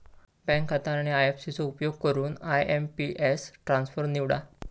bank खाता आणि IFC चो उपयोग करून आय.एम.पी.एस ट्रान्सफर निवडा